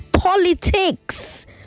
politics